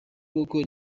koko